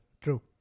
True